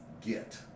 get